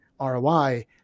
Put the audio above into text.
ROI